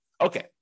Okay